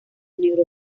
negro